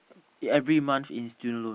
every month in student loan